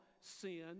sin